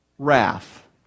wrath